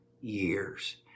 years